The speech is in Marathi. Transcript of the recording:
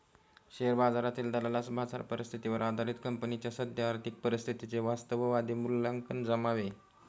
शेअर बाजारातील दलालास बाजार परिस्थितीवर आधारित कंपनीच्या सद्य आर्थिक परिस्थितीचे वास्तववादी मूल्यांकन जमावे